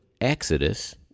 Exodus